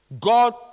God